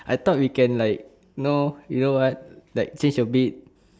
I thought we can like you know you know what like change your bed